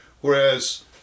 Whereas